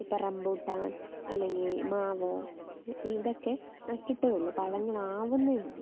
ഇപ്പം റംബൂട്ടാൻ അല്ലെങ്കിൽ മാവ് ഇതൊക്കെ നട്ടിട്ടേ ഉള്ളൂ പഴങ്ങളാവുന്നതെ ഉള്ളൂ